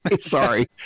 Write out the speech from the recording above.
sorry